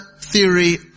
theory